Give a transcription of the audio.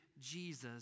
Jesus